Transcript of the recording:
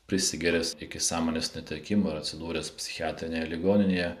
prisigėręs iki sąmonės netekimo ir atsidūręs psichiatrinėje ligoninėje